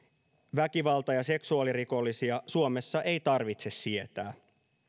väkivalta ja seksuaalirikollisia suomessa ei tarvitse sietää